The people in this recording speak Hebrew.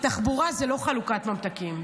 תחבורה זה לא חלוקת ממתקים.